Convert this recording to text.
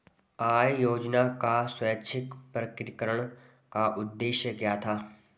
आय योजना का स्वैच्छिक प्रकटीकरण का उद्देश्य क्या था?